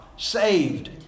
saved